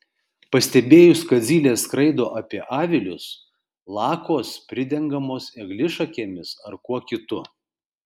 pastebėjus kad zylės skraido apie avilius lakos pridengiamos eglišakėmis ar kuo kitu